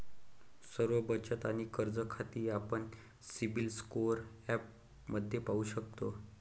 सर्व बचत आणि कर्ज खाती आपण सिबिल स्कोअर ॲपमध्ये पाहू शकतो